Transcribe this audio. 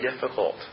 difficult